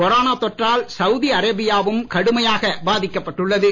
corona தொற்றால் Saudi அரேபியாவும் கடுமையாக பாதிக்கப்பட்டுள்ளது